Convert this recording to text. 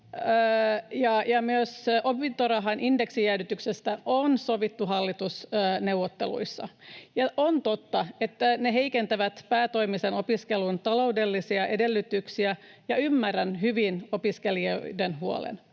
ja myös opintorahan indeksijäädytyksestä on sovittu hallitusneuvotteluissa. Ja on totta, että ne heikentävät päätoimisen opiskelun taloudellisia edellytyksiä, ja ymmärrän hyvin opiskelijoiden huolen,